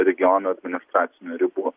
regiono administracinių ribų